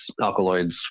alkaloids